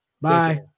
Bye